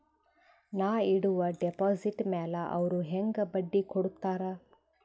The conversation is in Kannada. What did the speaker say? ನಾ ಇಡುವ ಡೆಪಾಜಿಟ್ ಮ್ಯಾಲ ಅವ್ರು ಹೆಂಗ ಬಡ್ಡಿ ಕೊಡುತ್ತಾರ?